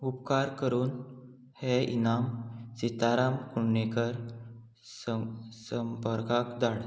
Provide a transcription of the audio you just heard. उपकार करून हे इनाम सिताराम कुंडेकर संपर्काक धाड